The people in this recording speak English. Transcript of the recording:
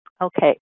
Okay